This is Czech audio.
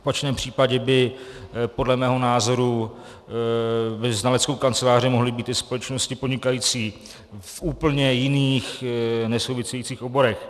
V opačném případě by podle mého názoru znaleckou kanceláří mohly být i společnosti podnikající v úplně jiných, nesouvisejících oborech.